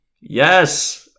yes